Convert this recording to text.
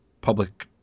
public